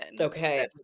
Okay